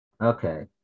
Okay